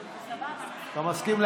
אני מסכים.